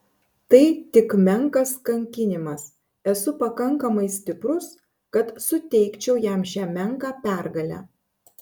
tai tik menkas kankinimas esu pakankamai stiprus kad suteikčiau jam šią menką pergalę